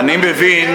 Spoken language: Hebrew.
אני יודע,